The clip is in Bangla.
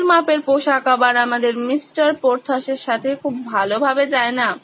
ভুল মাপের পোশাক আবার আমাদের মিস্টার পোর্থসের সাথে খুব ভালোভাবে যায় না